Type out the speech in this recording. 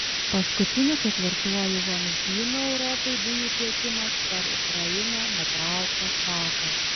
paskutiniu ketvirtuoju vamzdynu europai dujų tiekimas per ukrainą nutrauktas vakar